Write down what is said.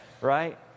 right